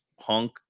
punk